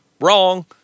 wrong